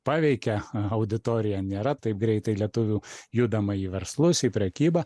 paveikia auditoriją nėra taip greitai lietuvių judama į verslus į prekybą